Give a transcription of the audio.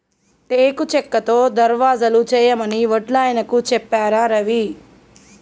టేకు చెక్కతో దర్వాజలు చేయమని వడ్లాయనకు చెప్పారా రవి